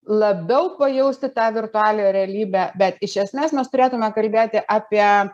labiau pajausti tą virtualią realybę bet iš esmės mes turėtume kalbėti apie